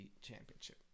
championship